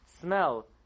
smell